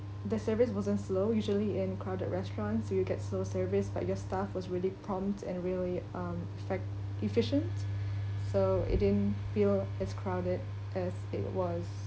the service wasn't slow usually in crowded restaurants you get slow service but your staff was really prompt and really um fac~ efficient so it didn't feel as crowded as it was